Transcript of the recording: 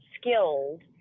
skilled